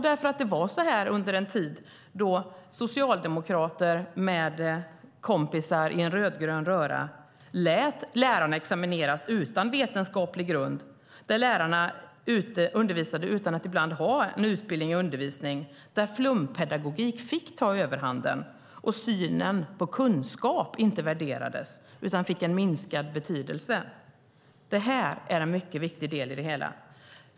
Därför att det var så här under en tid då Socialdemokraterna med kompisar i en rödgrön röra lät lärarna examineras utan vetenskaplig grund. Lärarna undervisade ibland utan att ha en utbildning i undervisning, och flumpedagogik fick ta överhanden. Synen på kunskap värderades inte, utan fick en minskad betydelse. Detta är en mycket viktig del i det hela.